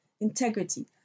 Integrity